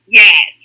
yes